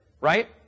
right